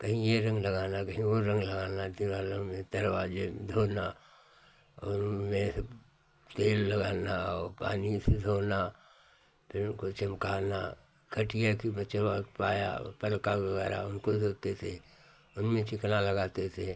कहीं यह रंग लगाना कहीं वह रंग लगाना दीवारों में दरवाजे धोना और उनमें सब तेल लगाना और पानी से धोना फिर उनको चमकाना खटिया की के पाया पलका वग़ैरह उनको धोते थे उनमें चिकनाई लगाते थे